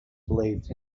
believed